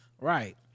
right